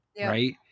right